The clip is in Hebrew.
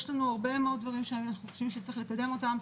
יש הרבה דברים שאנחנו חושבים שצריך לקדם אותם,